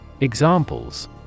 Examples